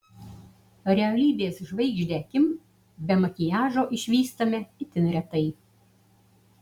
realybės žvaigždę kim be makiažo išvystame itin retai